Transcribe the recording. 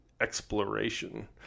exploration